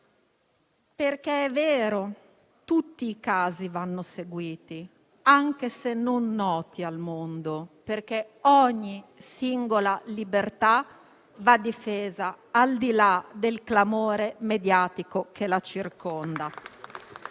vero che tutti i casi vanno seguiti, anche se non noti al mondo, perché ogni singola libertà va difesa, al di là del clamore mediatico che la circonda.